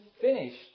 finished